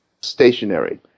stationary